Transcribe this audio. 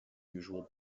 usual